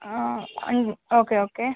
okay okay